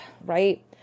right